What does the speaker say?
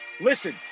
Listen